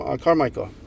Carmichael